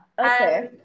okay